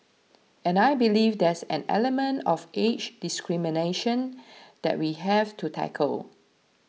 and I believe there's an element of age discrimination that we have to tackle